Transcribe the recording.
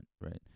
right